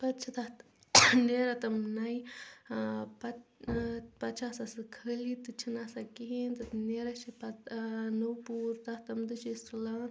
پتہٕ چھِ تتھ نیران تِم نَیہِ ٲں پتہٕ ٲں پتہٕ چھِ آسان سُہ خٲلی تہِ چھُنہٕ آسان کِہیٖنۍ تہِ نیران چھُ پتہٕ ٲں نوٚو پوٗر تتھ تِم تہِ چھِ أسۍ تُلان